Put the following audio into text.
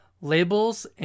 labels